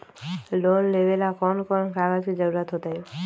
Loan लेवेला कौन कौन कागज के जरूरत होतई?